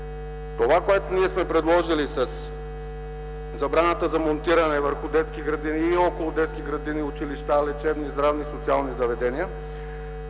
Това, което ние сме предложили със забраната за монтиране върху детски градини и около детски градини, училища, лечебни, здравни и социални заведения,